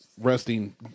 resting